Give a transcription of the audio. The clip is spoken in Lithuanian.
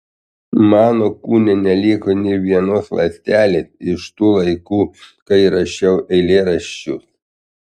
mano kūne neliko nė vienos ląstelės iš tų laikų kai rašiau eilėraščius